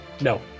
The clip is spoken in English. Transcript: No